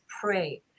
pray